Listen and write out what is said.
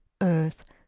earth